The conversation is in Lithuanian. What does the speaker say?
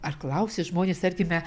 ar klausė žmonės tarkime